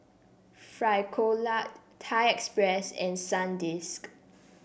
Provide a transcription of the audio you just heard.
Frisolac Thai Express and Sandisk